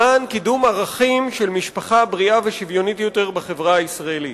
למען קידום ערכים של משפחה בריאה ושוויונית יותר בחברה הישראלית.